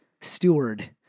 steward